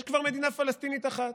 יש כבר מדינה פלסטינית אחת.